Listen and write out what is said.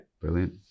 Brilliant